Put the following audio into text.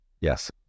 Yes